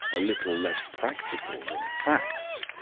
a little less practical than facts.